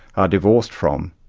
are divorced from,